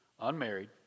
Unmarried